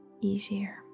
easier